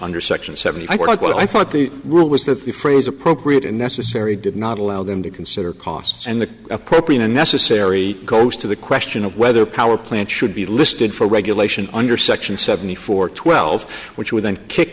under section seventy what i thought the rule was that the phrase appropriate and necessary did not allow them to consider costs and the appropriate and necessary kosta the question of whether power plant should be listed for regulation under section seventy four twelve which would